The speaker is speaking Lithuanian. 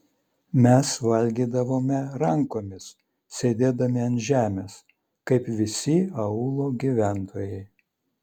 mes valgydavome rankomis sėdėdami ant žemės kaip visi aūlo gyventojai